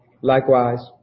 Likewise